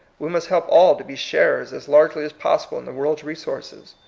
we must help all to be sharers as largely as possible in the world's resources.